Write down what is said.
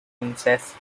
kansas